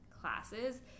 classes